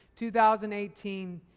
2018